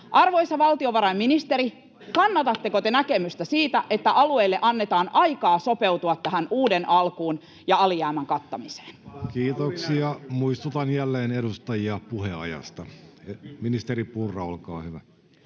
Arvoisa valtiovarainministeri, kannatatteko te näkemystä siitä, että alueille annetaan aikaa sopeutua tähän uuden alkuun ja alijäämän kattamiseen? Kiitoksia. — Muistutan jälleen edustajia puheajasta. — Ministeri Purra, olkaa hyvä.